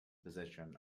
position